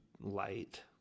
light